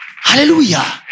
Hallelujah